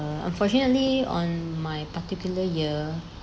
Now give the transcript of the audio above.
uh unfortunately on my particular year